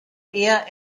eher